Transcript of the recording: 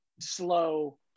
slow